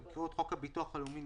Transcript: יקראו את חוק הביטוח הלאומי ,